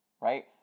right